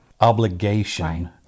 obligation